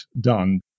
done